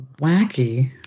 wacky